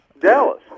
Dallas